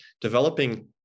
developing